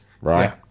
right